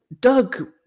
Doug